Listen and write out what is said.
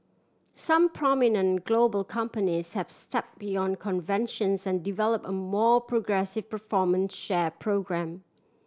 some prominent global companies have stepped beyond conventions and develop a more progressive performance share programme